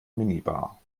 minibar